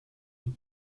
peut